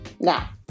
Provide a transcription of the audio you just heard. Now